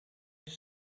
they